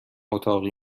اتاقی